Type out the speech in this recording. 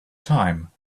time